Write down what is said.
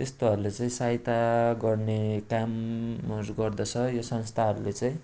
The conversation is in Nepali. त्यस्तोहरूलाई चाहिँ सहायता गर्ने कामहरू गर्दछ यो संस्थाहरूले चाहिँ